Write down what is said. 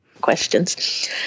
questions